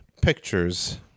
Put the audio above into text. pictures